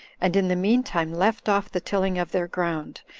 and in the mean time left off the tilling of their ground,